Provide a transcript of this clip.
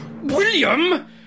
William